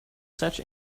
such